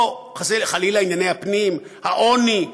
או חלילה ענייני הפנים העוני,